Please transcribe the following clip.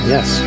Yes